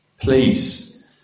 Please